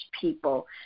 people